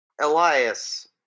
Elias